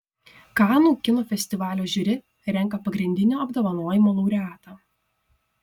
kanų kino festivalio žiuri renka pagrindinio apdovanojimo laureatą